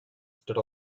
stood